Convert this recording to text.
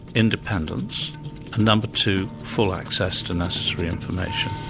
independence, and number two, full access to necessary information.